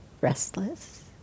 restless